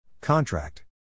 Contract